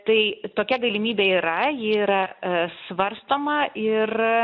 tai tokia galimybė yra ji yra svarstoma ir